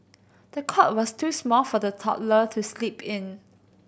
the cot was too small for the toddler to sleep in